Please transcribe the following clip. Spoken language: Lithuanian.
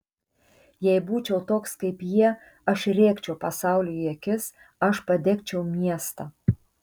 jei būčiau toks kaip jie aš rėkčiau pasauliui į akis aš padegčiau miestą